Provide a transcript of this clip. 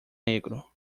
negro